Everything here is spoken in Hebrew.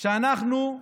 אנחנו,